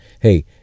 hey